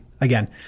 again